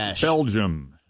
Belgium